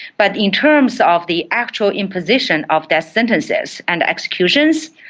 but in terms of the actual imposition of death sentences and executions,